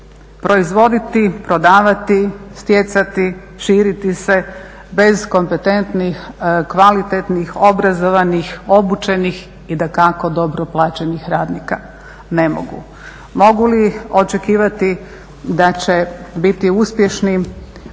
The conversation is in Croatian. proizvoditi, prodavati, stjecati, širite se bez kompetentnih, kvalitetnih, obrazovanih, obučenih i dakako dobro plaćenih radnika? Ne mogu. Mogu li očekivati da će biti uspješni